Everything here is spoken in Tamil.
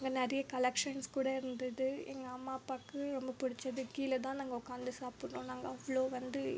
அங்கே நிறைய கலெக்சன்ஸ் கூட இருந்தது எங்கள் அம்மா அப்பாவுக்கு ரொம்ப பிடிச்சது கீழே தான் நாங்கள் உட்காந்து சாப்பிடுறோம் நாங்கள் அவ்வளோ வந்து